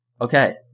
Okay